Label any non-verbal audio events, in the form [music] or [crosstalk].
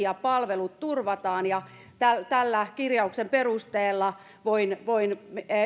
[unintelligible] ja palvelut turvataan ja tämän kirjauksen perusteella voin voin